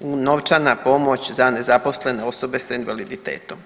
novčana pomoć za nezaposlene osobe sa invaliditetom.